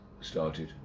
started